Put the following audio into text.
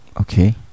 Okay